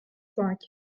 cinq